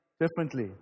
differently